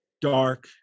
dark